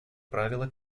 правила